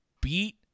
beat